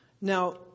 Now